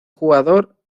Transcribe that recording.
jugador